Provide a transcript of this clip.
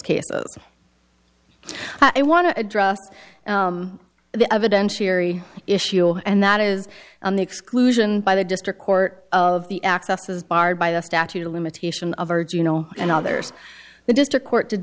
cases i want to address the evidence sherry issue and that is on the exclusion by the district court of the access is barred by the statute of limitation of or do you know and others the district court did